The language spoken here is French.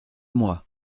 moi